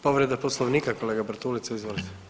Povreda poslovnika kolega Bartulica izvolite.